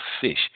fish